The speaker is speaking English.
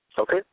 Okay